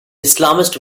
islamist